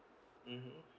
mmhmm